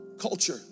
culture